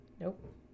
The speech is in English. Nope